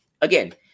again